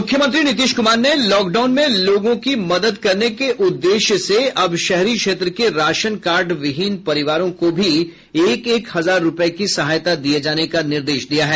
मुख्यमंत्री नीतीश कुमार ने लॉकडाउन में लोगों की मदद करने के उद्देश्य से अब शहरी क्षेत्र के राशनकार्ड विहीन परिवारों को भी एक एक हजार रुपये की सहायता दिए जाने का निर्देश दिया है